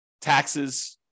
taxes